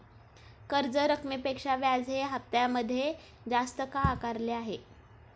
कर्ज रकमेपेक्षा व्याज हे हप्त्यामध्ये जास्त का आकारले आहे?